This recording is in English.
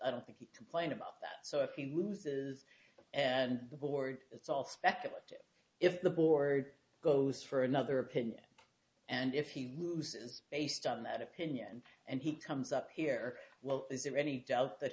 i don't think complain about that so if he loses and the board it's all speculative if the board goes for another opinion and if he loses based on that opinion and he comes up here well is there any doubt that